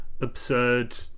absurd